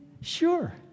Sure